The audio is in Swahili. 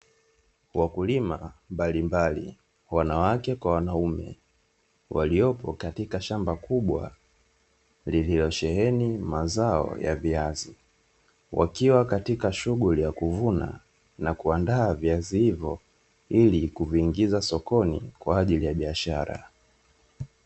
Wakulima mbalimbali wanawake kwa wanaume, waliopo katika shamba kubwa lililosheheni mazao ya viazi wakiwa katika shughuli ya kuvuna na kuandaa viazi hivyo ili kuviingiza sokoni kwa ajili ya biashara.